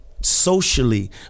socially